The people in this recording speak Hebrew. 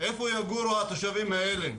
איפה יגורו התושבים האלה?